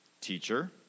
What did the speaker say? Teacher